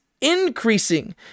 increasing